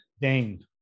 Dane